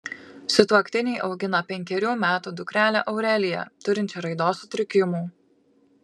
sutuoktiniai augina penkerių metų dukrelę aureliją turinčią raidos sutrikimų